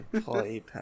Play